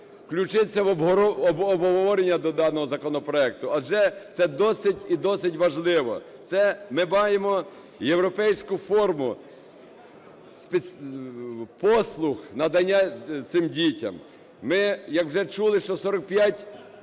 включитися в обговорення до даного законопроекту, адже це досить і досить важливо. Це ми маємо європейську форму послуг надання цим дітям. Ми, як вже чули, що 45